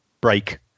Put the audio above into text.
break